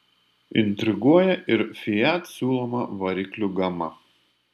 intriguoja ir fiat siūloma variklių gama